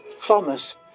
Thomas